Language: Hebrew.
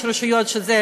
יש רשויות שזה